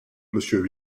monsieur